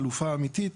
חלופה אמיתית,